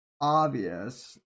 obvious